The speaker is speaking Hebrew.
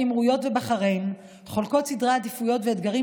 האמירויות ובחריין חולקות סדרי עדיפויות ואתגרים